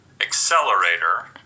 accelerator